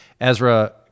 Ezra